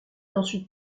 ensuite